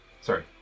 Sorry